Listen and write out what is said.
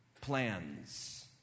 plans